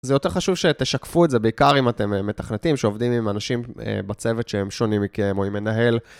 זה יותר חשוב שתשקפו את זה, בעיקר אם אתם מתכנתים, שעובדים עם אנשים בצוות שהם שונים מכם או עם מנהל.